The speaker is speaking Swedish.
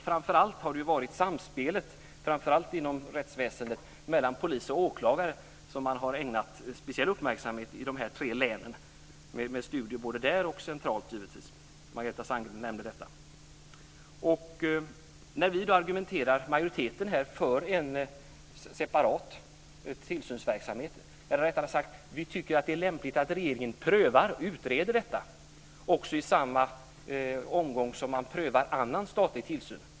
Framför allt har man ägnat uppmärksamhet åt samspelet i rättsväsendet mellan polis och åklagare, centralt och i de tre studerade länen. Detta nämndes även av Margareta Sandgren. Vi i majoriteten tycker att det är lämpligt att regeringen utreder en separat tillsynsverksamhet i samband med att man prövar annan statlig tillsyn.